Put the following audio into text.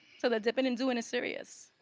so the dippin' and doin' is serious.